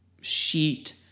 sheet